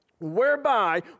whereby